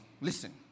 listen